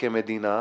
כמדינה,